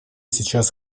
сейчас